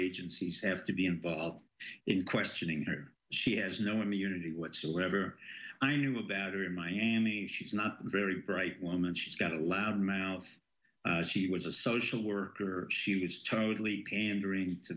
agencies have to be involved in questioning her she has no immunity whatsoever i knew about her in miami she's not very bright woman she's got a loud mouth she was a social worker she was totally pandering to